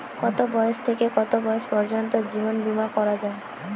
কতো বয়স থেকে কত বয়স পর্যন্ত জীবন বিমা করা যায়?